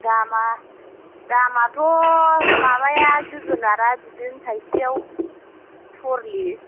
दामा दामाथ' माबाया जोगोनारा बिदिनो थाइसेयाव साल्लिस